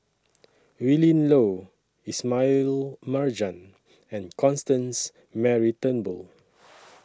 Willin Low Ismail Marjan and Constance Mary Turnbull